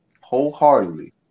wholeheartedly